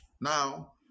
Now